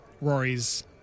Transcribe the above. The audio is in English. Rory's